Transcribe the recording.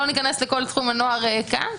לא ניכנס לכל תחום הנוער כאן.